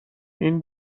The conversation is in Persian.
این